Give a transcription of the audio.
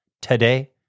today